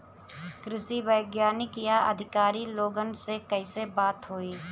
कृषि वैज्ञानिक या अधिकारी लोगन से कैसे बात होई?